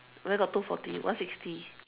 where got two forty one sixty